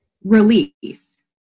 Release